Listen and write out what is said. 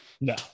No